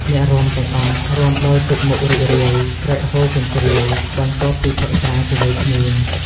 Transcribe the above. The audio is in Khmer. អ្នករាំទាំងអស់ រាំដោយទឹកមុខរីករាយ ស្រែកហ៊ោកញ្ជ្រៀវ បន្ទាប់ពីផឹកស្រាជាមួយគ្នា។